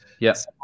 yes